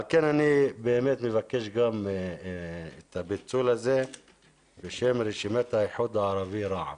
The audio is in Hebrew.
על כן אני מבקש גם את הפיצול הזה בשם רשימת האיחוד הערבי רע"מ.